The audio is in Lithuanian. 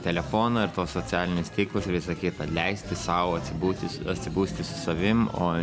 telefoną ir tuos socialinius tinklus ir visa kita leisti sau atsibūti su atsibusti su savim o